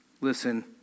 listen